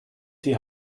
die